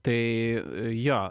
tai jo